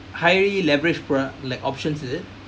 highly leveraged product like options is it